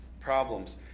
problems